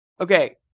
okay